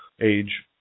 age